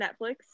Netflix